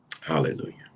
Hallelujah